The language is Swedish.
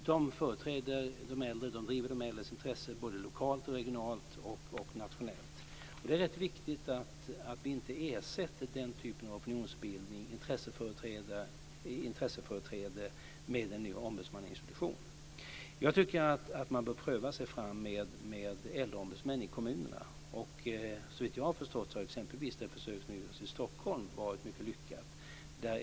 Dessa företräder de äldre och driver de äldres intressen lokalt, regionalt och nationellt. Det är rätt viktigt att vi inte ersätter den typen av opinionsbildning och intresseföreträde med en ny ombudsmannainstitution. Jag tycker att man bör pröva sig fram med äldreombudsmän i kommunerna. Såvitt jag förstår har exempelvis försöket i Stockholm varit mycket lyckat.